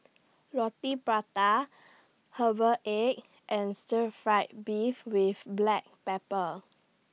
Roti Prata Herbal Egg and Stir Fried Beef with Black Pepper